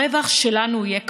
הרווח שלנו יהיה כפול: